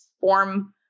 form